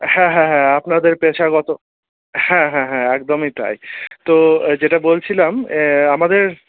হ্যাঁ হ্যাঁ হ্যাঁ আপনাদের পেশাগত হ্যাঁ হ্যাঁ হ্যাঁ একদমই তাই তো যেটা বলছিলাম আমাদের